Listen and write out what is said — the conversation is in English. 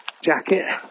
jacket